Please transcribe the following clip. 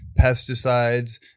pesticides